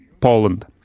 Poland